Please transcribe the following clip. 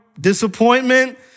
disappointment